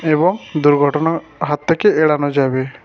এবং দুর্ঘটনাার হাত থেকে এড়ানো যাবে